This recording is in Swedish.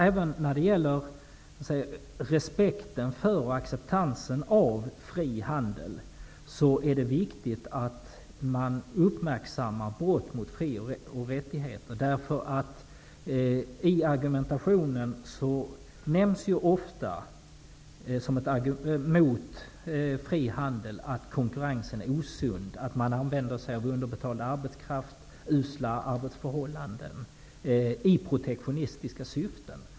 Även när det gäller respekten för och acceptansen av fri handel är det viktigt att man uppmärksammar brott mot fri och rättigheter. Som ett argument mot fri handel nämns ofta att konkurrensen är osund. Man använder sig av underbetald arbetskraft och osunda arbetsförhållanden i protektionistiska syften.